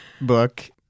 book